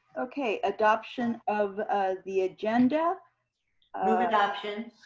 okay, adoption of the agenda. move adoption.